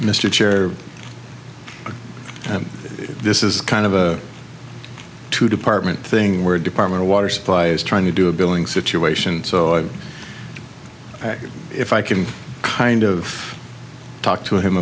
mr chair and this is kind of a two department thing where a department of water supply is trying to do a billing situation so i would if i can kind of talk to him